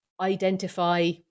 identify